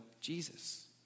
Jesus